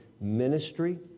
ministry